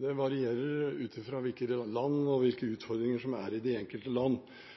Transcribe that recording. Det varierer ut fra hvilket land og hvilke utfordringer de har i de enkelte land. Når statsråden snakker om forenkling, er det et faktum at det har gått den andre veien. Regjeringens egne tall viser at man i